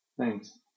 Thanks